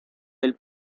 del